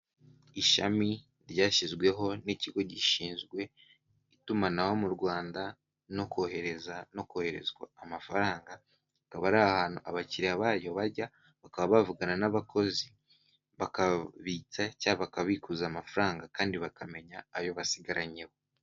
Ishami ryashyizweho n'ikigo gishinzwe itumanaho mu Rwanda no koherezwa amafaranga. Akaba ari ahantu abakiriya bayo bajya, bakaba bavugana n'abakozi bakabitsa cyangwa bakabikuza amafaranga kandi bakamenya ayo basigaranyeho.